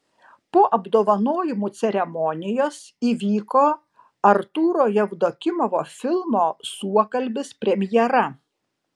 po apdovanojimų ceremonijos įvyko artūro jevdokimovo filmo suokalbis premjera